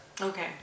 Okay